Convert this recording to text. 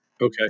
Okay